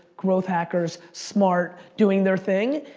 growth hackers, smart, doing their thing,